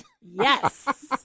Yes